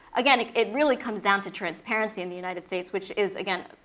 again, it really comes down to transparency in the united states, which is, again,